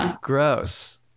gross